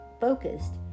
focused